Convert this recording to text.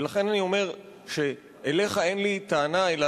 ולכן אני אומר שאליך אין לי טענה אלא